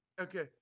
Okay